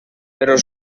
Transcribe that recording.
però